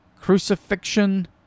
crucifixion